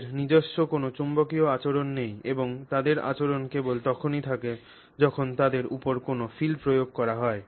তাদের নিজস্ব কোনও চৌম্বকীয় আচরণ নেই এবং তাদের আচরণ কেবল তখনই থাকে যখন তাদের উপর কোনও ফিল্ড প্রয়োগ করা হয়